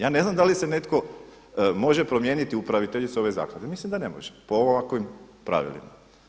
Ja ne znam da li se netko može promijeniti upraviteljicu ove zaklade, mislim da ne može po ovakvim pravilima.